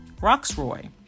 Roxroy